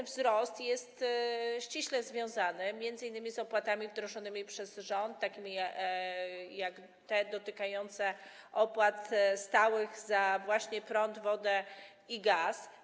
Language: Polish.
Ten wzrost jest ściśle związany m.in. z opłatami wdrożonymi przez rząd, takimi jak te dotykające opłat stałych właśnie za prąd, wodę i gaz.